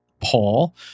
Paul